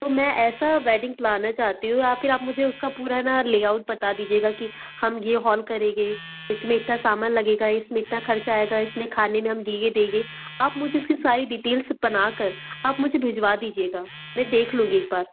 तो मैं ऐसा वेडिंग प्लानर चाहती हूँ या फिर आप मुझे उसका पूरा न लेआउट बता दीजिएगा कि हम ये हॉल करेगे इसमें इत्ता सामान लगेगा इसमें इतना खर्चा आएगा इसमें खाने में हम ये देंगे आप मुझे उसकी सारी डिटेल्स बना कर आप मुझे भिजवा दीजिएगा मैं देख लूँगी एक बार